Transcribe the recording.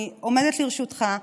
אני עומדת לרשותך.